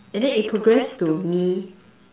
and the it progressed to me